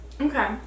Okay